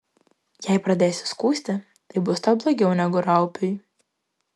jei pradėsi skųsti tai bus tau blogiau negu raupiui